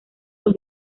los